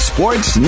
Sports